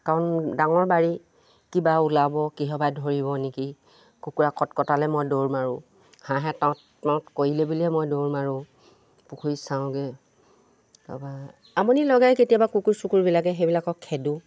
কাৰণ ডাঙৰ বাৰী কিবা ওলাব কিহবাই ধৰিব নেকি কুকুৰা কট কটালে মই দৌৰ মাৰোঁ হাঁহে টঁট টঁট কৰিলে বুলিয়ে মই দৌৰ মাৰোঁ পুখুৰীত চাওঁগৈ তাৰপৰা আমনি লগায় কেতিয়াবা কুকুৰ চুকুৰবিলাকে সেইবিলাকক খেদোঁ